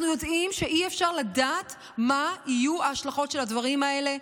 אנחנו יודעים שאי-אפשר לדעת מה יהיו ההשלכות של הדברים האלה.